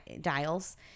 dials